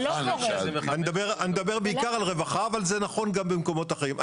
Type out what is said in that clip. אני מדבר בעיקר על רווחה אבל זה נכון גם במקומות אחרים.